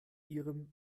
ihrem